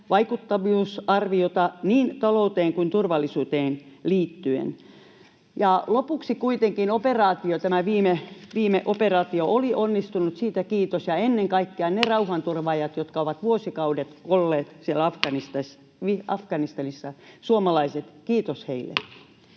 vaikuttavuusarviota niin talouteen kuin turvallisuuteen liittyen? Lopuksi kuitenkin tämä viime operaatio oli onnistunut, siitä kiitos, ja ennen kaikkea ne suomalaiset rauhanturvaajat, jotka ovat vuosikaudet olleet siellä Afganistanissa — kiitos heille.